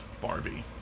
Barbie